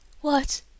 What